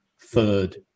third